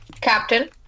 Captain